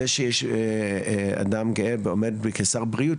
זה שיש אדם גאה עומד כשר בריאות,